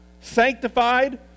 sanctified